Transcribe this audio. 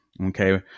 okay